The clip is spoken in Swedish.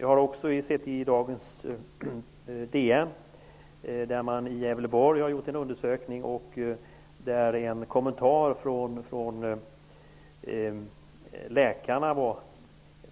Jag läste i dagens DN att man i Gävleborg gjort en undersökning där en kommentar från